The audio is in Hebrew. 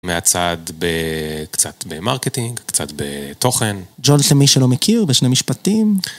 מהצד, קצת במרקטינג, קצת בתוכן. ג'ולט למי שלא מכיר בשני משפטים.